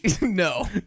No